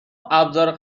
ابزار